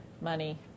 money